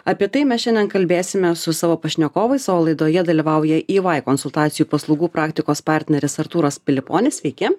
apie tai mes šiandien kalbėsime su savo pašnekovais o laidoje dalyvauja ey konsultacijų paslaugų praktikos partneris artūras piliponis sveiki